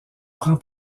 prend